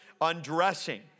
undressing